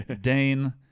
Dane